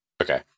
Okay